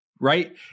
Right